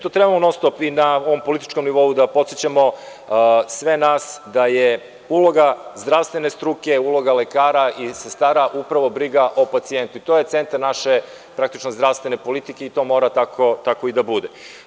To trebamo non stop, i na ovom političkom nivou, da podsećamo sve nas da je uloga zdravstvene struke, uloga lekara i sestara upravo briga o pacijentu, i to je centar naše zdravstvene politike, i to mora tako i da bude.